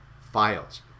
files